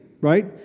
right